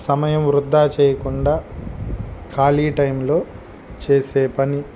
సమయం వృద్ధా చేయకుండా ఖాళీ టైంలో చేసే పని